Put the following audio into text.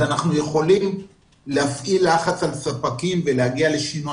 אנחנו יכולים להפעיל לחץ על ספקים ולהגיע לשינוע